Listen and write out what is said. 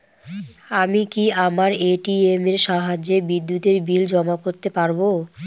আমি কি আমার এ.টি.এম এর সাহায্যে বিদ্যুতের বিল জমা করতে পারব?